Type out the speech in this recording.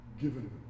given